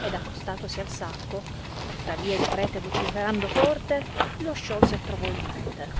ed accostatosi al sacco tuttavia il prete vociferando forte lo sciolse e trovò il prete